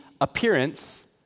appearance